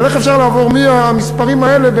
אבל איך לעבור מהמספרים האלה,